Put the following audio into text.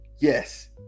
Yes